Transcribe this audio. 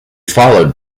followed